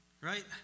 right